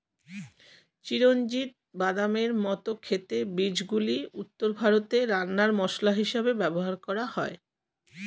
চিরঞ্জিত বাদামের মত খেতে বীজগুলি উত্তর ভারতে রান্নার মসলা হিসেবে ব্যবহার হয়